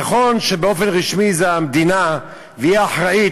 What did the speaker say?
נכון שבאופן רשמי המדינה היא האחראית,